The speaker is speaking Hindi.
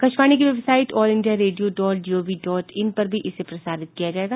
आकाशवाणी की website all India radio dot gov dot in पर भी इसे प्रसारित किया जाएगा